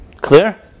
Clear